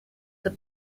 the